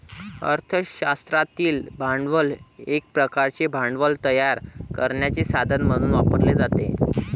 अर्थ शास्त्रातील भांडवल एक प्रकारचे भांडवल तयार करण्याचे साधन म्हणून वापरले जाते